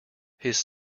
his